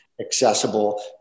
accessible